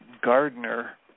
Gardner